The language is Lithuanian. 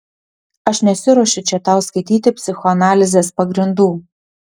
aš nesiruošiu čia tau skaityti psichoanalizės pagrindų